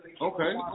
Okay